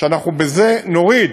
שאנחנו בזה נוריד